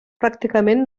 pràcticament